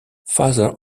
father